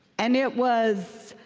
and it was